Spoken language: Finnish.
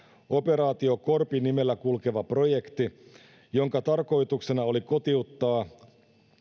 operaatio korpi nimellä kulkeva projekti jonka tarkoituksena oli kotiuttaa